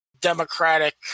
Democratic